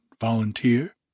volunteer